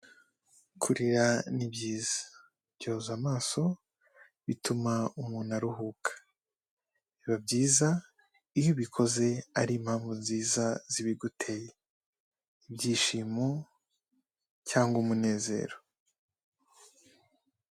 Kurira ni byiza, byoza amaso, bituma umuntu aruhuka, biba byiza iyo ubikoze ari impamvu nziza zibiguteye, ibyishimo cyangwa umunezero.